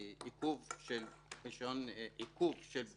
כי לעיכוב אין משמעות.